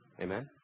Amen